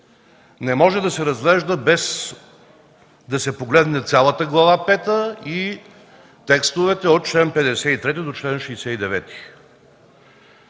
не може да се разглежда без да се погледне цялата Глава пета и текстовете от чл. 53 до чл. 69.